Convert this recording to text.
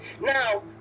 Now